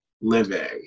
living